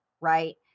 right